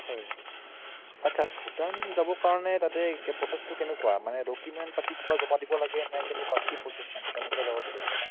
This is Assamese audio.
হয় আচ্ছা ভূটান যাবৰ কাৰণে তাতে প্ৰ'চেছটো কেনেকুৱা মানে ডকুমেণ্ট পাতি কিবা জমা দিব লাগে নে কেনেকুৱা কি প্ৰ'চেছ মানে কেনেকৈ যাব পাৰি ভূটান